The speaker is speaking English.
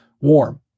warm